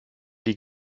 die